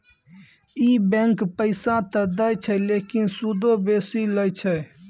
इ बैंकें पैसा त दै छै लेकिन सूदो बेसी लै छै